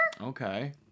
Okay